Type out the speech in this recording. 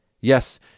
Yes